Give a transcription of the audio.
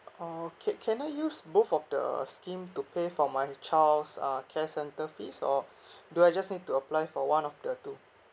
oh can can I use both of the scheme to pay for my child's uh care centre fees or do I just need to apply for one of the two